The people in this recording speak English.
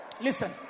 Listen